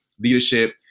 Leadership